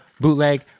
BOOTLEG